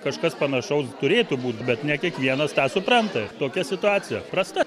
kažkas panašaus turėtų būt bet ne kiekvienas tą supranta tokia situacija prasta